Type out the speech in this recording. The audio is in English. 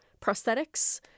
prosthetics